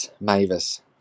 Mavis